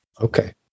Okay